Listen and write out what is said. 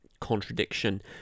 contradiction